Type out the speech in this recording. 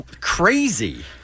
crazy